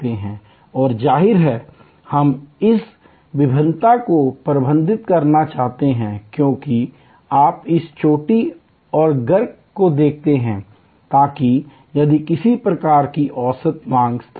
और जाहिर है हम इस भिन्नता को प्रबंधित करना चाहते हैं क्योंकि आप इस चोटी और गर्त को देखते हैं ताकि यदि किसी प्रकार का औसत मांग स्तर है